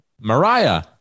Mariah